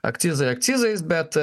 akcizai akcizais bet